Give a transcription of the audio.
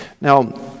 Now